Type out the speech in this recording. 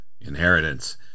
Inheritance